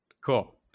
Cool